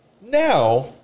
Now